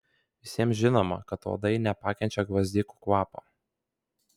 visiems žinoma kad uodai nepakenčia gvazdikų kvapo